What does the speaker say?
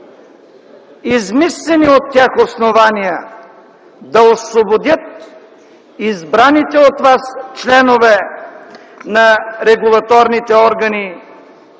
измислени от тях, основания да освободят избраните от вас членове на регулаторните органи,